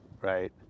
Right